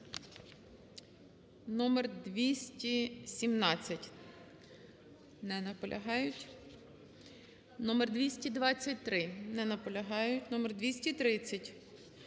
Номер 217. Не наполягають. Номер 223. Не наполягають. Номер 230. Не наполягають.